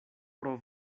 pro